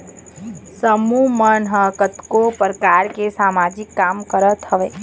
समूह मन ह कतको परकार के समाजिक काम करत हवय